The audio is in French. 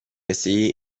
essayé